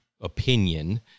opinion